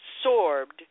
absorbed